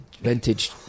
vintage